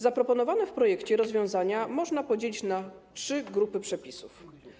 Zaproponowane w projekcie rozwiązania można podzielić na trzy grupy przepisów.